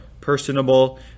personable